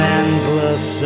endless